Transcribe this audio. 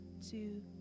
two